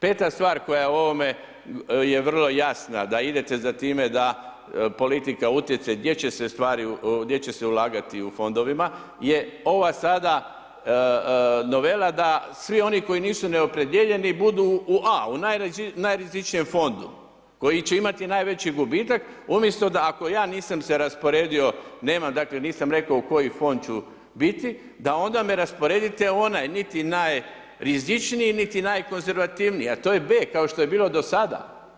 Peta stvar koja je u ovome je vrlo jasna da idete za time da politika utječe gdje će se ulagati u Fondovima je ova sada novela da svi oni koji nisu neopredjeljeni budu u A, u najrizičnijem Fondu koji će imati najveći gubitak umjesto da, ako ja nisam se rasporedio, nema, dakle, nisam rekao u koji Fond ću biti, da onda me rasporedite u onaj, niti najrizičniji, niti najkonzervativniji, a to je B, kao što je bilo do sada.